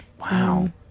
Wow